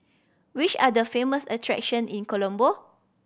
which are the famous attraction in Colombo